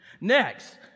Next